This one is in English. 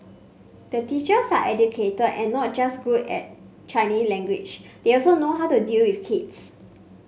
the teachers are educated and not just good in Chinese language they also know how to deal with kids